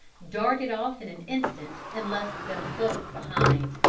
darted off in an instant and left them both behind.